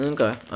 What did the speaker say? Okay